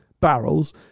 barrels